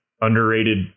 underrated